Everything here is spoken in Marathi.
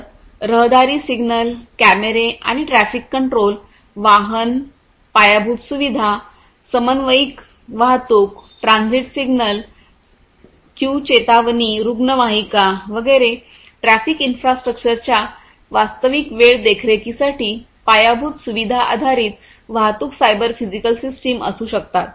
तर रहदारी सिग्नल कॅमेरे आणि ट्रॅफिक कंट्रोल वाहन पायाभूत सुविधा समन्वयित वाहतूक ट्रान्झिट सिग्नल क्यू चेतावणी रुग्णवाहिका वगैरे ट्रॅफिक इन्फ्रास्ट्रक्चरच्या वास्तविक वेळ देखरेखीसाठी पायाभूत सुविधा आधारित वाहतूक सायबर फिजिकल सिस्टम असू शकतात